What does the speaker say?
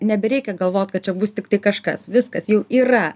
nebereikia galvot kad čia bus tiktai kažkas viskas jau yra